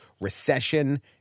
recession